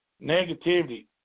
negativity